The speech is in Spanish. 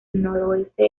noroeste